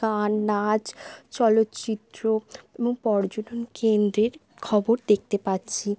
গান নাচ চলচ্চিত্র এবং পর্যটন কেন্দ্রের খবর দেখতে পাচ্ছি